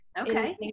Okay